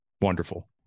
Wonderful